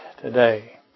today